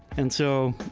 and so,